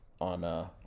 on